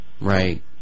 Right